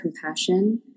compassion